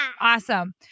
Awesome